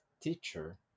teacher